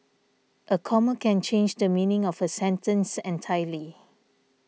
a comma can change the meaning of a sentence entirely